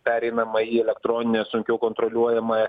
pereinama į elektroninę sunkiau kontroliuojamą